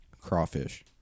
Crawfish